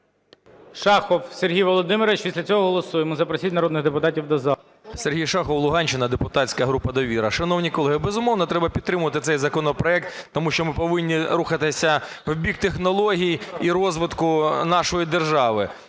Шахов Сергій Володимирович, після цього голосуємо. Запросіть народних депутатів до зали. 14:28:05 ШАХОВ С.В. Сергій Шахов, Луганщина, депутатська група "Довіра". Шановні колеги, безумовно треба підтримувати цей законопроект, тому що ми повинні рухатися в бік технологій і розвитку нашої держави.